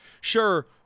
Sure